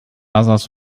others